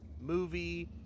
movie